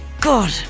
God